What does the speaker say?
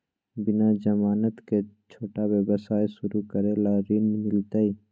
बिना जमानत के, छोटा व्यवसाय शुरू करे ला ऋण मिलतई?